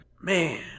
Man